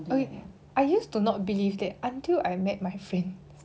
I I used to not believe that until I met my friend